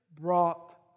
brought